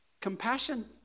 compassion